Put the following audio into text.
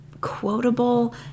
quotable